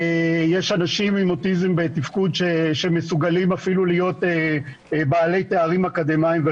יש אנשים עם אוטיזם בתפקוד שמסוגלים אפילו להיות בעלי תארים אקדמאים,